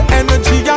energy